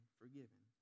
forgiven